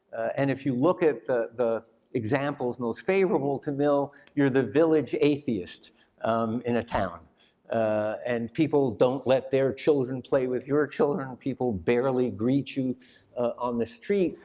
and if you look at the the examples most favorable to mill, you're the village atheist in a town and people don't let their children play with your children, people barely greet you on the street.